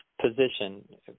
position